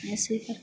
ऐसे ही कर